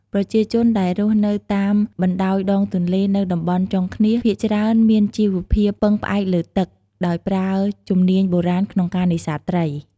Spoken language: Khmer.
ប្រជាជនដែលរស់នៅតាមបណ្ដោយដងទន្លេ នៅតំបន់ចុងឃ្នាស ភាគច្រើនមានជីវភាពពឹងផ្អែកលើទឹក ដោយប្រើជំនាញបុរាណក្នុងការនេសាទត្រី។